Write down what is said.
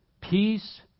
peace